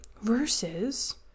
Versus